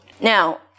Now